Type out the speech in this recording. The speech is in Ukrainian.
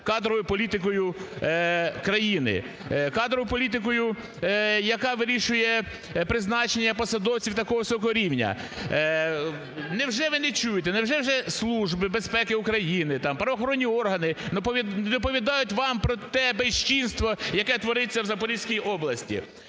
кадровою політикою країни, кадровою політикою, яка вирішує призначення посадовців такого високого рівня. Невже ви не чуєте? Невже служби безпеки України, там правоохоронні органи, не доповідають вам про те безчинство, яке твориться в Запорізькій області?